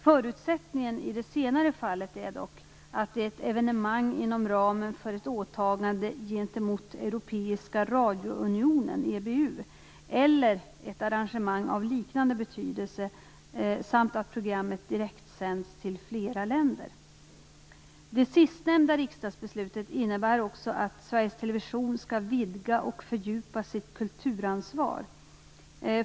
Förutsättningen i det senare fallet är dock att det är ett evenemang inom ramen för ett åtagande gentemot Europeiska Radiounionen, EBU, eller ett arrangemang av liknande betydelse samt att programmet direktsänds till flera länder. Det sistnämnda riksdagsbeslutet innebär också att Sveriges Television skall vidga och fördjupa sitt kulturansvar.